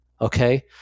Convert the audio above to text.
okay